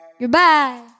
Goodbye